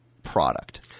Product